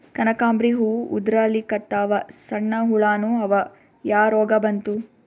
ಕನಕಾಂಬ್ರಿ ಹೂ ಉದ್ರಲಿಕತ್ತಾವ, ಸಣ್ಣ ಹುಳಾನೂ ಅವಾ, ಯಾ ರೋಗಾ ಬಂತು?